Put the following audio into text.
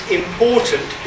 important